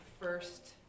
first